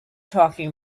talking